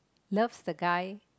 loves the guy